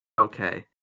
okay